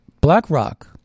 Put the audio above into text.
BlackRock